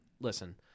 listen